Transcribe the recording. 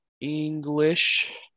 English